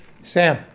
Sam